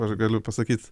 aš galiu pasakyt